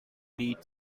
greet